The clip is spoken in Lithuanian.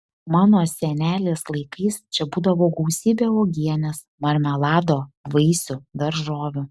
mano senelės laikais čia būdavo gausybė uogienės marmelado vaisių daržovių